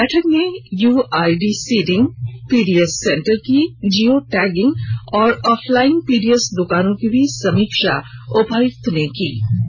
बैठक में UID seeding PDS centre की जियो टैगिंग एवं ऑफलाइन पीडीएस दुकानों की भी समीक्षा उपायक्त ने दी